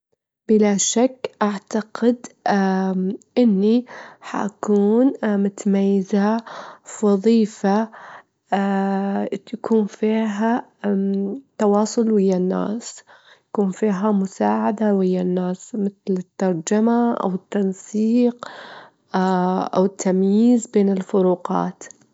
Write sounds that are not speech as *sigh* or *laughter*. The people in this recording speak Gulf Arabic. المساهمة في المجتمع مهمة، لأنها تعطي حياة الشخص معنى أكبر، بس السعادة الشخصية بعد أساسية، لأن إذا ما كنتي سعيدة ما تجدرين تساعدين غيرك، ما تجدرين تسعدين غيرك أو تؤثرين في غيرك *hesitation* فمن المهم جداً السعادة.